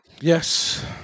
Yes